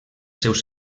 seus